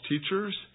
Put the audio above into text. teachers